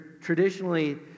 traditionally